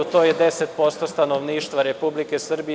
To je 10% stanovništva Republike Srbije.